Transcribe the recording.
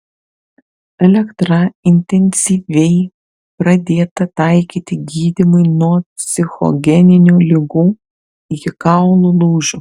elektra intensyviai pradėta taikyti gydymui nuo psichogeninių ligų iki kaulų lūžių